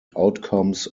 outcomes